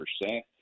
percent